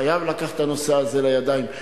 חייב לקחת את הנושא הזה לידיים.